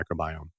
microbiome